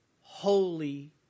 holy